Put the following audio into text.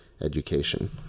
education